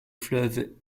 fleuves